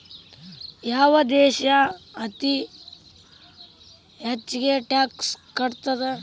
ಯಾವ್ ದೇಶ್ ಅತೇ ಹೆಚ್ಗೇ ಟ್ಯಾಕ್ಸ್ ಕಟ್ತದ?